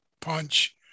punch